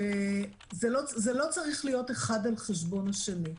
שזה לא צריך להיות אחד על חשבון השני.